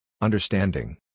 Understanding